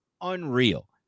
unreal